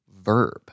verb